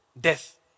death